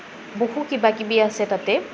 বহু কিবাকিবি আছে তাতে